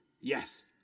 yes